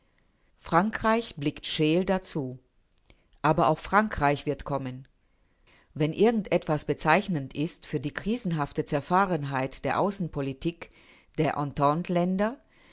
frankreich blickt scheel dazu aber auch frankreich wird kommen wenn irgendetwas bezeichnend ist für die krisenhafte zerfahrenheit der außenpolitik der